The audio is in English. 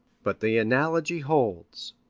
but the analogy holds.